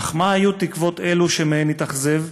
אך מה היו תקוות אלה שמהן התאכזב?